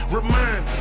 Remind